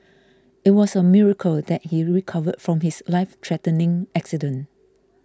it was a miracle that he recovered from his lifethreatening accident